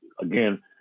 again